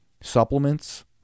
supplements